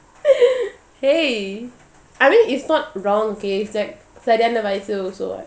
!hey! I mean it's not wrong okay it's like சரியானவயசு:sariyana vayasu also [what]